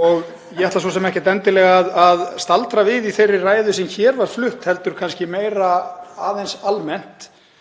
og ég ætla svo sem ekkert endilega að staldra við í þeirri ræðu sem hér var flutt heldur kannski meira aðeins almennt.